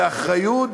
באחריות,